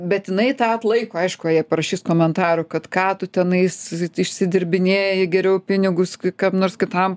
bet jinai tą atlaiko aišku jai parašys komentarų kad ką tu tenais išsidirbinėji geriau pinigus kam nors kitam